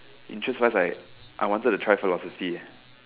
interest wise I I wanted to try fellow fifty